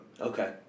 Okay